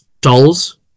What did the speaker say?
dolls